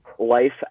life